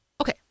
Okay